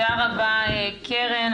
תודה רבה, קרן.